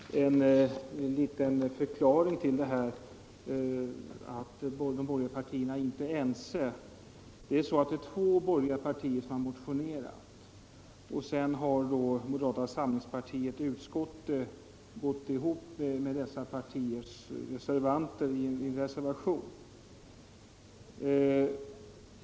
Herr talman! Bara en liten förklaring till vad jag sade om att de borgerliga partierna inte är ense. Två borgerliga partier har motionerat, och sedan har moderata samlingspartiet i utskottet gått ihop med dessa båda partier i en reservation.